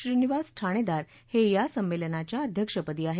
श्रीनिवास ठाणेदार हे या संमेलनाच्या अध्यक्षपदी आहेत